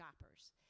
shoppers